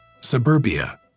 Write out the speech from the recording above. suburbia